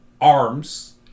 arms